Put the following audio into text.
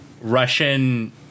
Russian